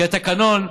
כי בתקנון,